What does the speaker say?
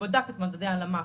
בדקה את מדדי הלמ"ס,